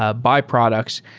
ah byproducts,